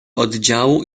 oddziału